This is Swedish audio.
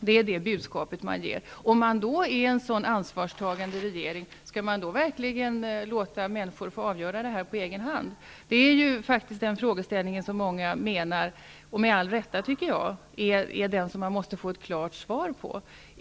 Om regeringen då är så ansvarstagande, skall man då verkligen låta människor få avgöra det här på egen hand? Det är den frågeställningen som många menar, med all rätt, att man måste få ett klart svar på.